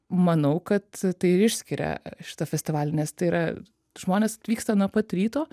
manau kad tai ir išskiria šitą festivalį nes tai yra žmonės atvyksta nuo pat ryto